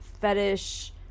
fetish